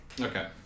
Okay